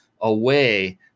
away